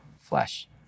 flesh